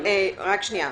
אבל לא היו דברים מעולם.